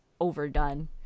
overdone